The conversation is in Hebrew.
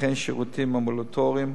וכן שירותים אמבולטוריים,